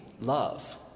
love